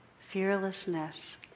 fearlessness